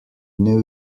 knew